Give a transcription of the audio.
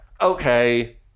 Okay